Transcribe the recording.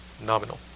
nominal